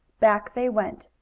back they went.